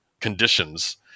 conditions